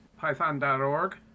python.org